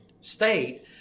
state